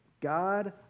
God